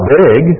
big